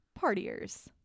partiers